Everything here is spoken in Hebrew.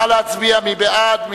עברה בקריאה טרומית ותעבור לוועדת החוקה,